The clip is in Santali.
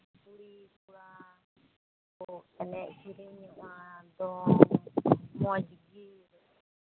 ᱠᱩᱲᱤ ᱠᱚᱲᱟ ᱠᱚ ᱮᱱᱮᱡ ᱥᱤᱨᱤᱧᱚᱜᱼᱟ ᱫᱚᱝ ᱢᱚᱡᱽᱜᱮ